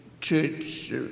church